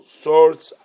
sorts